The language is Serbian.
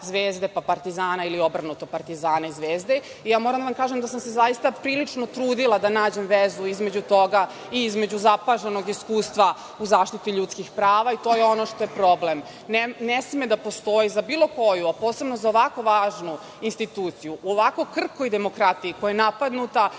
klubova Zvezde, Partizana. Moram da vam kažem da sam se zaista prilično trudila da nađem vezu između toga i između zapaženog iskustva u zaštiti ljudskih prava, i to je ono što je problem. Ne sme da postoji, za bilo koju, a posebno za ovako važnu instituciju, u ovako krhkoj demokratiji koja je napadnuta,